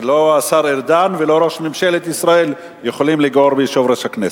ולא השר ארדן ולא ראש ממשלת ישראל יכולים לגעור ביושב-ראש הכנסת.